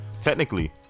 technically